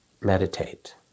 meditate